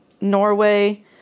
Norway